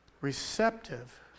receptive